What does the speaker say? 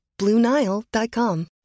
BlueNile.com